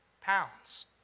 pounds